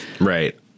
right